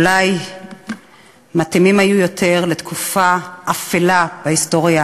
אולי היו מתאימים יותר לתקופה אפלה בהיסטוריה